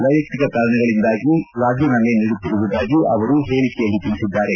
ವ್ಯೆಯಕ್ತಿಕ ಕಾರಣಗಳಿಂದಾಗಿ ರಾಜೇನಾಮೆ ನೀಡುತ್ತಿರುವುದಾಗಿ ಹೇಳಿಕೆಯಲ್ಲಿ ತಿಳಿಸಿದ್ದಾರೆ